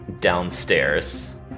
downstairs